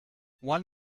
one